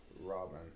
Robin